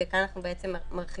וכאן אנחנו בעצם מרחיבים,